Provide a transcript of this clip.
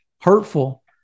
hurtful